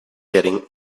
getting